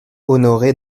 honoré